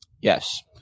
Yes